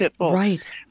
right